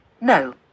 No